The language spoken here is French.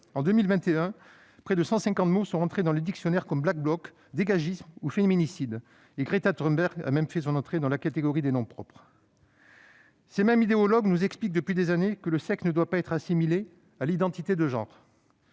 En 2021, près de 150 mots sont entrés dans le dictionnaire, comme « black bloc »,« dégagisme » ou « féminicide ». Greta Thunberg a même fait son entrée dans la catégorie des noms propres ! Ces mêmes idéologues nous expliquent depuis des années que le sexe ne doit pas être assimilé à l'identité de genre.